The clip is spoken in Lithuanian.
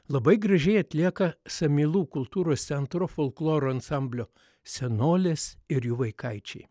labai gražiai atlieka samylų kultūros centro folkloro ansamblio senolės ir jų vaikaičiai